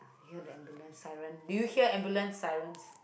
you hear ambulance siren did you hear ambulance sirens